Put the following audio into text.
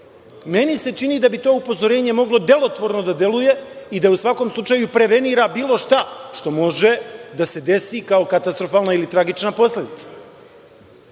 Meni se čini da bi to upozorenje moglo delotvorno da deluje i da u svakom slučaju prevenira bilo šta što može da se desi kao katastrofalna ili tragična posledica. Kome